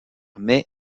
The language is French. mais